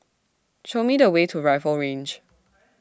Show Me The Way to Rifle Range